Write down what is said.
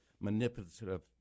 manipulative